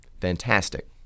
fantastic